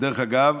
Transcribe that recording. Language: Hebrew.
ודרך אגב,